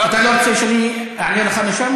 אתה לא רוצה שאענה לך משם,